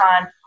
on